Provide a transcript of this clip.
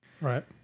Right